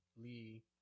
Lee